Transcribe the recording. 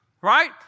right